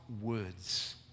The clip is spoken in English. words